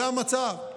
זה המצב.